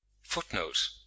Footnote